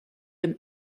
him